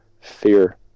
fear